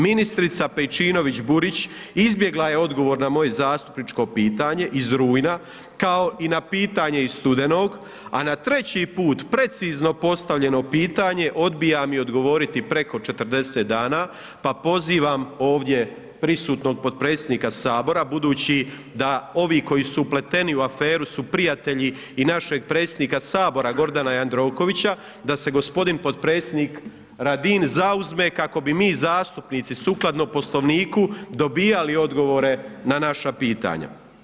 Ministrica Pejčinović Burić izbjegla je odgovor na moje zastupničko pitanje iz rujna kao i na pitanje iz studenog a na treći put precizno postavljeno pitanje, odbija mi odgovoriti preko 40 dana pa pozivam ovdje prisutnog potpredsjednika Sabora budući da ovi koji su upleteni u aferu su prijatelji i našeg predsjednika Sabora Gordana Jandrokovića, da se g. potpredsjednik Radin zauzme kako bi mi zastupnici sukladno Poslovniku dobivali odgovore na naša pitanja.